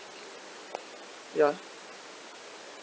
ya